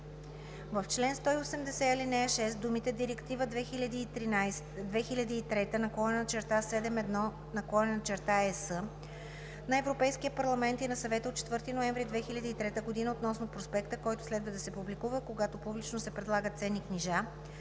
В чл. 180, ал. 6 думите „Директива 2003/71/ЕС на Европейския парламент и на Съвета от 4 ноември 2003 г. относно проспекта, който следва да се публикува, когато публично се предлагат ценни книжа